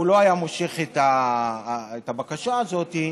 הוא לא היה מושך את הבקשה הזאת,